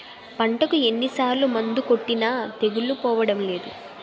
పంటకు ఎన్ని సార్లు మందులు కొట్టినా తెగులు పోవడం లేదు